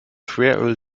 schweröl